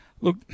look